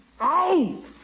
Ow